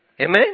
Amen